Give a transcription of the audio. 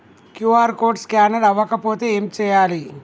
QR code scanner అవ్వకపోతే ఏం చేయాలి?